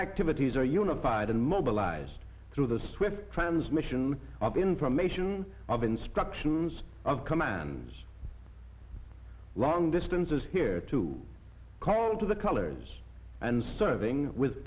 activities are unified and mobilized through the swift transmission of information of instructions of command long distances here to call to the colors and serving with